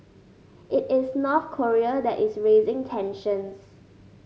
it is North Korea that is raising tensions